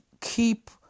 keep